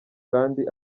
kandi